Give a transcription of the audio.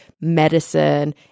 medicine